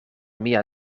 mia